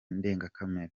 ndengakamere